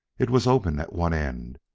it was open at one end,